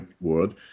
word